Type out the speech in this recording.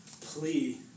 plea